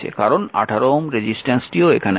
কারণ 18 Ω রেজিস্ট্যান্স এখানে রয়েছে